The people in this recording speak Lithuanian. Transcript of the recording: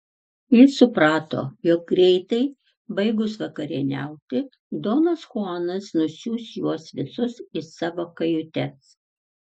jis suprato jog greitai baigus vakarieniauti donas chuanas nusiųs juos visus į savo kajutes